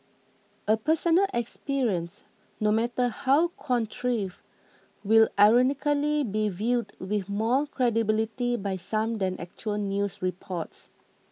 a personal experience no matter how contrived will ironically be viewed with more credibility by some than actual news reports